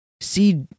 see